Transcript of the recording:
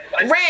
Red